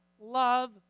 love